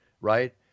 right